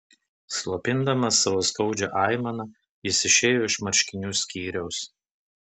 slopindamas savo skaudžią aimaną jis išėjo iš marškinių skyriaus